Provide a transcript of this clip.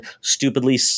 stupidly